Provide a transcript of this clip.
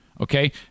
Okay